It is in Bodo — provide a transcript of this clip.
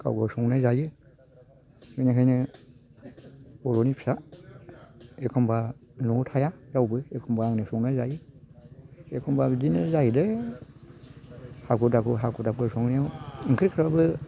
गाव गाव संनाय जायो बिनिखायनो बर'नि फिसा एखमब्ला न'आव थाया रावबो एखमब्ला आंनो संनानै जायो एखमब्ला बिदिनो जायोलै हाखु दाखु हाखु दाखु संनायाव ओंख्रैफ्राबो